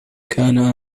كان